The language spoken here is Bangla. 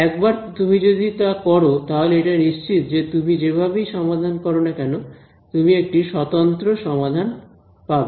একবার তুমি যদি তা করো তাহলে এটা নিশ্চিত যে তুমি যেভাবেই সমাধান করো না কেন তুমি একটি স্বতন্ত্র সমাধান পাবে